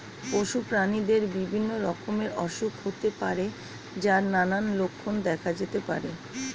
পশু প্রাণীদের বিভিন্ন রকমের অসুখ হতে পারে যার নানান লক্ষণ দেখা যেতে পারে